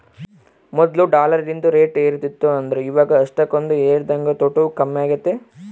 ಮೊದ್ಲು ಡಾಲರಿಂದು ರೇಟ್ ಏರುತಿತ್ತು ಆದ್ರ ಇವಾಗ ಅಷ್ಟಕೊಂದು ಏರದಂಗ ತೊಟೂಗ್ ಕಮ್ಮೆಗೆತೆ